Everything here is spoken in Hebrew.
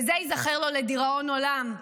וזה ייזכר לו לדיראון עולם,